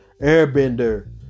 Airbender